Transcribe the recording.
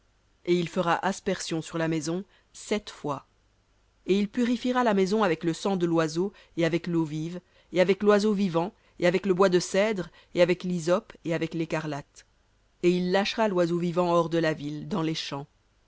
et il fera aspersion sur la maison sept fois et il purifiera la maison avec le sang de l'oiseau et avec l'eau vive et avec l'oiseau vivant et avec le bois de cèdre et avec l'hysope et avec lécarlate et il lâchera l'oiseau vivant hors de la ville dans les champs